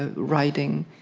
ah writing,